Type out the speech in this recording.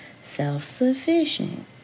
self-sufficient